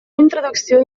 introducció